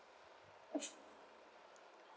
yes